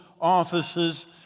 offices